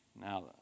now